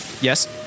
Yes